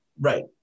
right